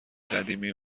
قدیمی